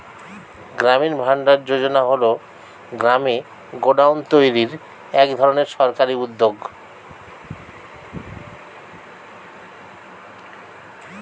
গ্রামীণ ভান্ডার যোজনা হল গ্রামে গোডাউন তৈরির এক ধরনের সরকারি উদ্যোগ